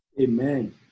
Amen